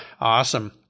Awesome